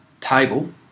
table